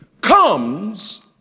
comes